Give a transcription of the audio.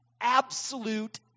absolute